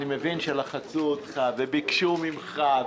אני מבין שלחצו אותך וביקשו ממך,